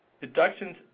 deductions